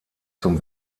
zum